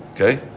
Okay